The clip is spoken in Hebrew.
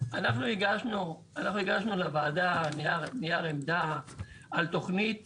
אנחנו הגשנו לוועדה נייר עמדה על תוכנית